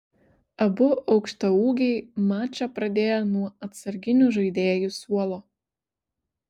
abu aukštaūgiai mačą pradėjo nuo atsarginių žaidėjų suolo